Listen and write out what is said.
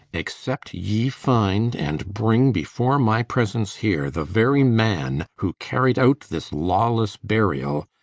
except ye find and bring before my presence here the very man who carried out this lawless burial,